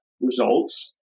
results